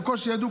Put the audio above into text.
בקושי ידעו,